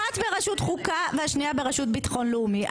אחת בראשות חוקה והשנייה בראשות ביטחון לאומי.